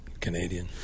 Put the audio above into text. Canadian